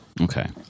Okay